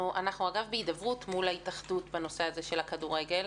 אנחנו בהידברות מול התאחדות בנושא הזה שקשור לכדורגל.